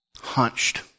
Hunched